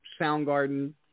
Soundgarden